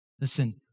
Listen